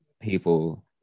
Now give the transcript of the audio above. people